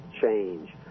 change